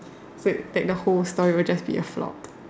so you tag the whole story it will just be a flop